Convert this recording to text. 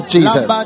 Jesus